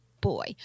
boy